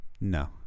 no